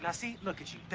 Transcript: and see look at you.